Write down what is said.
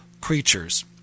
creatures